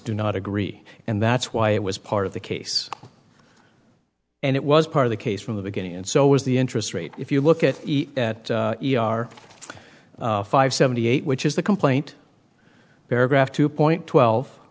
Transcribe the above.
do not agree and that's why it was part of the case and it was part of the case from the beginning and so was the interest rate if you look at that e r five seventy eight which is the complaint paragraph two point twelve